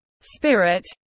spirit